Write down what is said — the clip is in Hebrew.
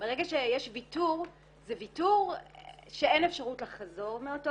מרגע שיש ויתור זה ויתור שאין אפשרות לחזור ממנו,